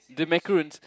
the macaroon